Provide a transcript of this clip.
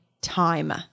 Time